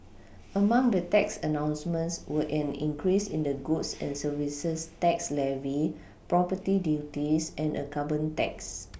among the tax announcements were an increase in the goods and services tax levy property duties and a carbon tax